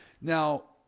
Now